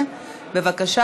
מבקשת,